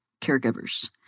caregivers